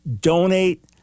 Donate